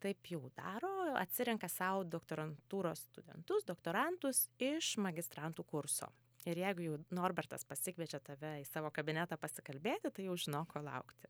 taip jau daro atsirenka sau doktorantūros studentus doktorantus iš magistrantų kurso ir jeigu jau norbertas pasikviečia tave į savo kabinetą pasikalbėti tai jau žinok ko laukti